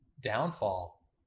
downfall